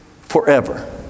forever